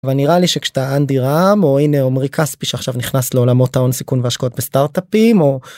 אבל ראה לי שכשאתה אנדי רם או הנה עמרי כספי שעכשיו נכנס לעולמות ההון סיכון והשקעות בסטארטאפים או.